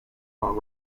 not